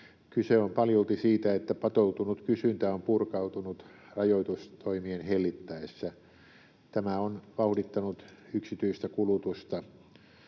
Kyse on paljolti siitä, että patoutunut kysyntä on purkautunut rajoitustoimien hellittäessä. Tämä on vauhdittanut yksityistä kulutusta